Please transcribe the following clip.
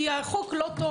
כי החוק לא היה